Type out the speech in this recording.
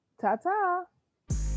Ta-ta